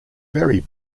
very